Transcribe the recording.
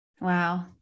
wow